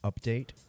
update